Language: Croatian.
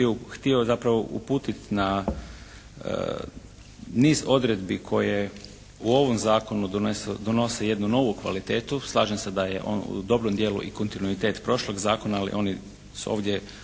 htio zapravo uputiti na niz odredbi koje u ovom zakonu donose jednu novu kvalitetu. Slažem se da je on u dobrom dijelu i kontinuitet prošlog zakona ali oni su ovdje